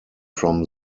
from